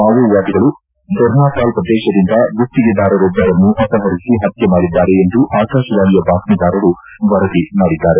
ಮಾವೋವಾದಿಗಳು ದೊರ್ನಾಪಾಲ್ ಪ್ರದೇಶದಿಂದ ಗುತ್ತಿಗೆದಾರರೊಬ್ಬರನ್ನು ಅಪಹರಿಸಿ ಪತ್ತೆ ಮಾಡಿದ್ದಾರೆ ಎಂದು ಆಕಾಶವಾಣಿಯ ಬಾತ್ತೀದಾರರು ವರದಿ ಮಾಡಿದ್ದಾರೆ